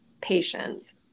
patients